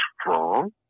strong